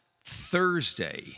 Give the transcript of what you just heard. Thursday